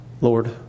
Lord